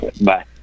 Bye